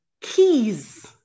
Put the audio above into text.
keys